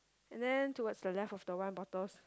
and then towards the left of the wine bottles